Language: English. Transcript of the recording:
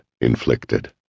inflicted